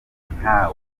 nka